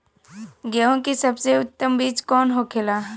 गेहूँ की सबसे उत्तम बीज कौन होखेला?